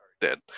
Dead